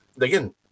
again